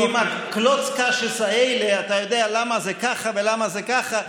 עם הקלוץ-קאשעס האלה: אתה יודע למה זה ככה ולמה זה ככה,